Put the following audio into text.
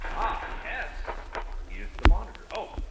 ah, s is the monitor! oh!